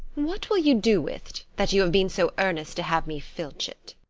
what will you do with't, that you have been so earnest to have me filch it?